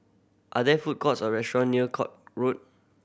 are there food courts or restaurant near Court Road